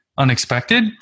Unexpected